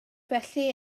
felly